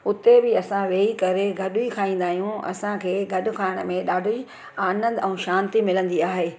हुते बि असां वेही करे गॾु ई खाईंदा आहियूं असांखे गॾु खाइण में ॾाढो ही आनंदु ऐं शांती मिलंदी आहे